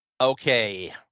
okay